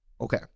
okay